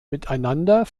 miteinander